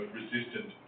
resistant